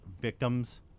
victims